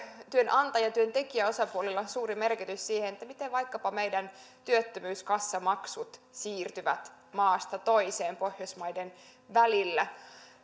työnantaja ja työntekijäosapuolilla suuri merkitys sille miten vaikkapa meidän työttömyyskassamaksumme siirtyvät maasta toiseen pohjoismaiden välillä